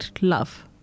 love